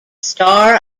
star